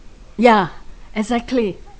ya exactly